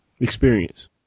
experience